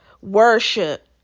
worship